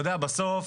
אתה יודע, בסוף,